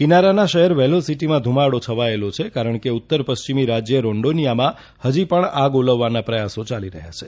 કિનારાના શહેર વેલ્હો સીટીમાં ધુમાડો છવાયેલો છે કારણ કે ઉત્તર પશ્ચિમી રાજ્ય રોંડોનિયામાં હજી પણ આગ ઓલવવાના પ્રયાસો યાલી રહ્યાં છે